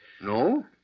No